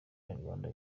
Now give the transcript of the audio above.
abanyarwanda